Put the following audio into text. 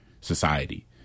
society